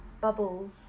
bubbles